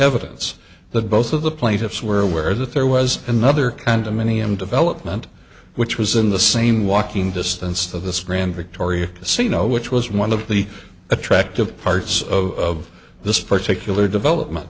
evidence that both of the plaintiffs were aware that there was another condominium development which was in the same walking distance of the strand victoria say no which was one of the attractive parts of this particular development